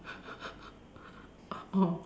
orh